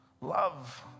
Love